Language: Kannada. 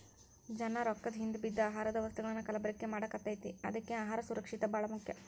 ಜನಾ ರೊಕ್ಕದ ಹಿಂದ ಬಿದ್ದ ಆಹಾರದ ವಸ್ತುಗಳನ್ನಾ ಕಲಬೆರಕೆ ಮಾಡಾಕತೈತಿ ಅದ್ಕೆ ಅಹಾರ ಸುರಕ್ಷಿತ ಬಾಳ ಮುಖ್ಯ